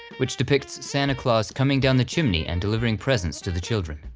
which depicts santa claus coming down the chimney and delivering presents to the children.